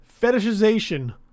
fetishization